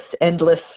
endless